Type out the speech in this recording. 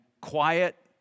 quiet